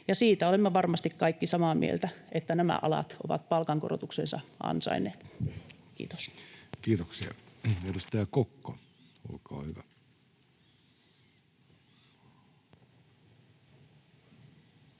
siitä olemme varmasti kaikki samaa mieltä, että nämä alat ovat palkankorotuksensa ansainneet. — Kiitos. [Speech 274] Speaker: Jussi